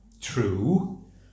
true